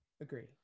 Agree